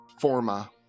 Forma